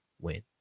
win